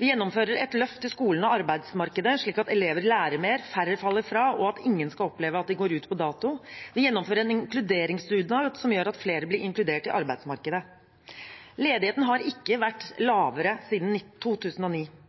Vi gjennomfører et løft i skolen og arbeidsmarkedet, slik at elever lærer mer, færre faller fra, og at ingen skal oppleve at de går ut på dato. Vi gjennomfører en inkluderingsdugnad, som gjør at flere blir inkludert i arbeidsmarkedet. Ledigheten har ikke vært lavere siden 2009.